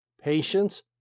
patience